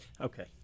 okay